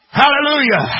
hallelujah